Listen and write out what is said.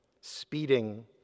speeding